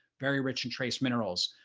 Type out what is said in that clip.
very rich and trace minerals,